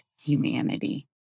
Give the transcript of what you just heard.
humanity